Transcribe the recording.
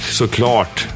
såklart